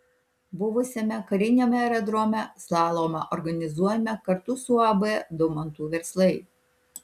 buvusiame kariniame aerodrome slalomą organizuojame kartu su uab daumantų verslai